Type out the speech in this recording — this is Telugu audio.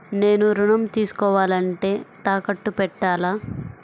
నేను ఋణం తీసుకోవాలంటే తాకట్టు పెట్టాలా?